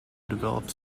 developed